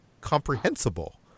comprehensible